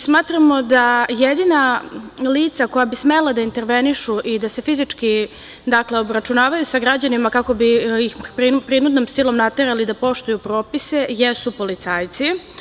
Smatramo da jedina lica koja bi smela da intervenišu i da se fizički obračunavaju sa građanima, kako bi ih prinudnom silom naterali da poštuju propise, jesu policajci.